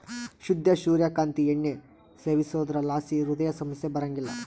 ಶುದ್ಧ ಸೂರ್ಯ ಕಾಂತಿ ಎಣ್ಣೆ ಸೇವಿಸೋದ್ರಲಾಸಿ ಹೃದಯ ಸಮಸ್ಯೆ ಬರಂಗಿಲ್ಲ